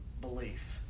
belief